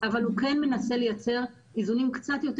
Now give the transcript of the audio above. אבל הוא כן מנסה לייצר איזונים קצת יותר